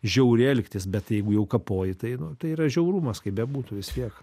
žiauriai elgtis bet jeigu jau kapoji tai nu tai yra žiaurumas kaip bebūtų vis tiek